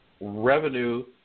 revenue –